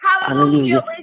Hallelujah